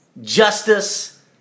justice